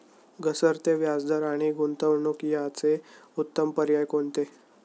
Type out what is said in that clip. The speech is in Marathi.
घसरते व्याजदर आणि गुंतवणूक याचे उत्तम पर्याय कोणते?